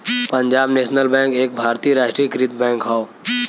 Punjab National Bank एक भारतीय राष्ट्रीयकृत बैंक हौ